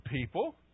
people